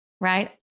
right